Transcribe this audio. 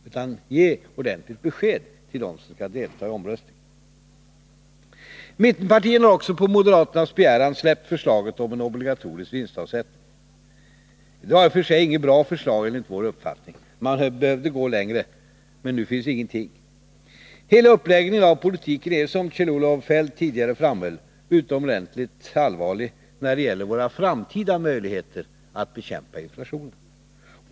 Ge därför ett ordentligt besked till dem som skall delta i omröstningen. Mittenpartierna har också, på moderaternas begäran, släppt förslaget om obligatorisk vinstavsättning. Det var i och för sig inget bra förslag enligt vår uppfattning, man behövde gå längre. Men nu finns ingenting. Hela uppläggningen av politiken är, som Kjell-Olof Feldt tidigare framhöll, utomordentligt allvarlig när det gäller våra framtida möjligheter att bekämpa inflationen.